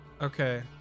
Okay